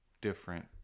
different